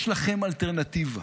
יש לכם אלטרנטיבה,